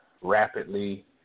rapidly